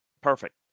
perfect